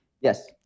Yes